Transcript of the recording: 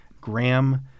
Graham